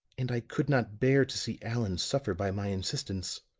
and i could not bear to see allan suffer by my insistence.